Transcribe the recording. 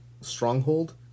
stronghold